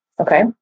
Okay